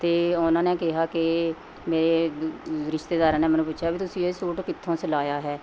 ਅਤੇ ਉਹਨਾਂ ਨੇ ਕਿਹਾ ਕਿ ਮੇਰੇ ਰਿਸ਼ਤੇਦਾਰਾਂ ਨੇ ਮੈਨੂੰ ਪੁੱਛਿਆ ਵੀ ਤੁਸੀਂ ਇਹ ਸੂਟ ਕਿੱਥੋਂ ਸਿਲਾਇਆ ਹੈ